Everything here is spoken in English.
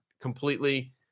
completely